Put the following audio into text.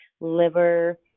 liver